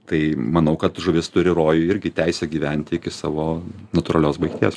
tai manau kad žuvis turi rojuj irgi teisę gyventi iki savo natūralios baigties